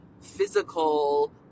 physical